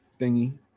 thingy